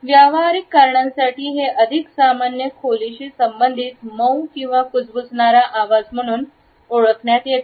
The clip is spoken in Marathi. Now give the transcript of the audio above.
व्यावहारिक कारणांसाठी हे अधिक सामान्य खोलशी संबंधित मऊ किंवा कुजबुजणारा आवाज म्हणून ओळखण्यात येतो